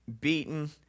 beaten